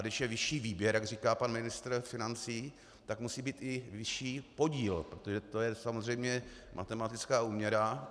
Když je vyšší výběr, jak říká pan ministr financí, tak musí být i vyšší podíl, protože je to samozřejmě matematická úměra.